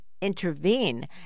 intervene